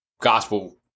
gospel